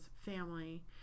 family